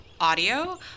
audio